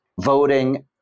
voting